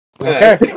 Okay